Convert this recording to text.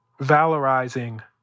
valorizing